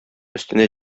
өстенә